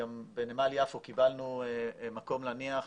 בנמל יפו קיבלנו מקום להניח.